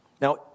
Now